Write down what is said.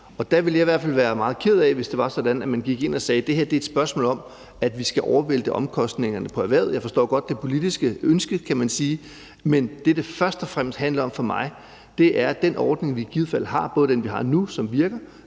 Der ville jeg i hvert fald være meget ked af, hvis det var sådan, at man gik ind og sagde, at det her er et spørgsmål om, at vi skal overvælte omkostningerne på erhvervet. Jeg forstår godt det politiske ønske, kan man sige, men det, det først og fremmest handler om for mig, er, at den ordning, vi i givet fald har, både den ordning, vi har nu, og som virker,